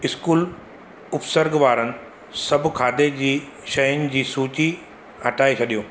school उपसर्ग वारनि सभु खादे जी शयुनि जी सूची हटाए छॾियो